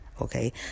Okay